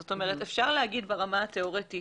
זאת אומרת, אפשר להגיד ברמה התיאורטית